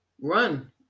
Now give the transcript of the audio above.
Run